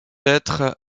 être